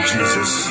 Jesus